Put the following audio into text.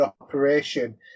operation